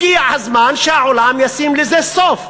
הגיע הזמן שהעולם ישים לזה סוף,